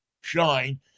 shine